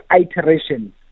iterations